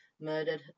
murdered